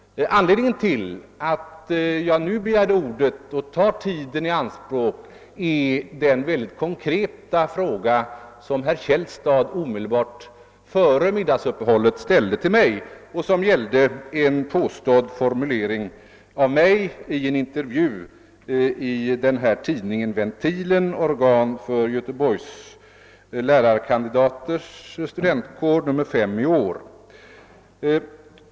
Anledningen till att jag nu begärde ordet och tar tiden i anspråk är den mycket konkreta fråga som herr Källstad ställde till mig omedelbart före middagsuppehållet och som gällde en formulering som jag påstås ha gjort i en intervju med tidningen Ventilen — organ för Göteborgs lärarkandidaters studentkår, nr 5 i år.